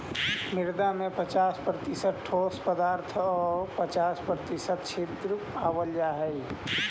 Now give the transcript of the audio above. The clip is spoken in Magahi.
मृदा में पच्चास प्रतिशत ठोस पदार्थ आउ पच्चास प्रतिशत छिद्र पावल जा हइ